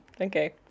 okay